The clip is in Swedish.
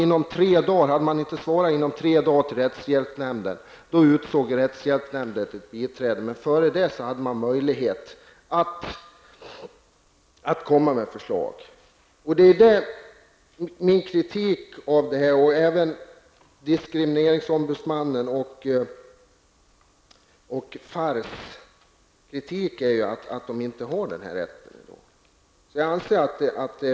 Hade vederbörande inte svarat inom tre dagar till rättshjälpsnämnden, utsåg rättshjälpsnämnden ett biträde. Men dessförinnan fanns det en möjlighet att lämna ett förslag. Min, diskrimineringsombudsmannens och FARRs kritik går ju ut på att de asylsökande i dag saknar den ifrågavarande rätten.